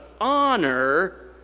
honor